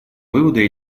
выводы